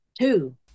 Two